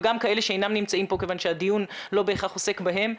וגם כאלה שאינם כאן כיוון שהדיון לא בהכרח עוסק בהם,